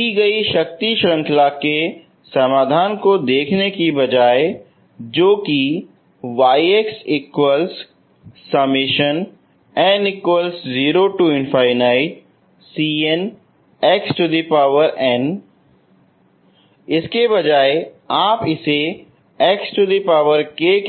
दी गयी शक्ति श्रंखला के समाधान को देखने की बजाय जो की इसके बजाय आप इसे xk